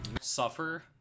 suffer